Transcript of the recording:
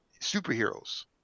superheroes